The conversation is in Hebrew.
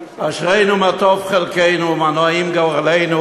"אשרינו מה טוב חלקנו ומה נעים גורלנו".